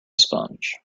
sponge